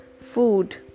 food